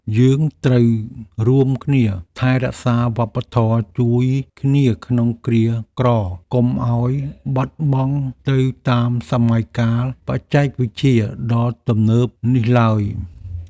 យើងត្រូវរួមគ្នាថែរក្សាវប្បធម៌ជួយគ្នាក្នុងគ្រាក្រកុំឱ្យបាត់បង់ទៅតាមសម័យកាលបច្ចេកវិទ្យាដ៏ទំនើបនេះឡើយ។